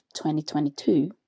2022